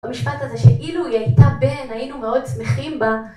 המשפט הזה, שאילו היא הייתה בן, היינו מאוד שמחים בה